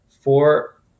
four